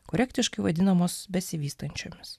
korektiškai vadinamos besivystančiomis